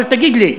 אבל תגיד לי,